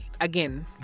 again